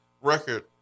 record